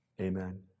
amen